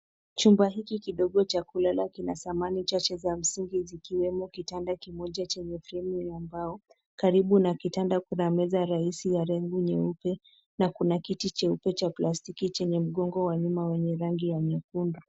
Chumba hiki kidogo cha kulala kina samani chache za msingi zikiwemo kitanda kimoja chenye fremu ya mbao. Karibu na kitanda kuna meza rahisi nyeupe na kuna kiti cheupe cha plastiki chenye mgongo wa rangi nyekundu.